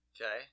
Okay